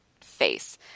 face